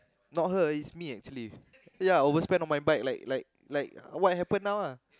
not her it's me actually ya I overspend on my bike like like like what happen now ah